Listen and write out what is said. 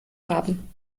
haben